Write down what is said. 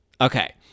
Okay